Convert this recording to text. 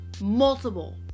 multiple